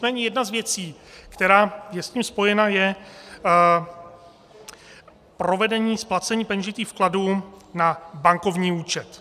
Nicméně jedna z věcí, která je s tím spojena, je provedení splacení peněžitých vkladů na bankovní účet.